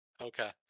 Okay